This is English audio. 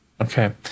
Okay